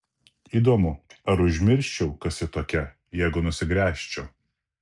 įdomu ar užmirščiau kas ji tokia jeigu nusigręžčiau